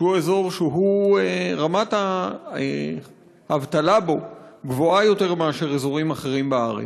שהוא אזור שרמת האבטלה בו גבוהה יותר מאשר באזורים אחרים בארץ.